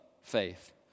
faith